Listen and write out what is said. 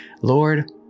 Lord